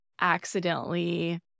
accidentally